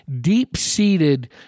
deep-seated